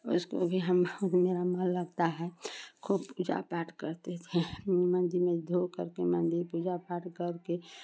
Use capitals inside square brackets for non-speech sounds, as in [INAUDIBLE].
उसको भी हम [UNINTELLIGIBLE] लगता है खूब पूजा पाठ करते थे मन्दिर में जो करके पूजा पाठ करके